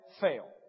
fail